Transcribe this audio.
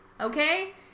okay